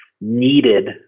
needed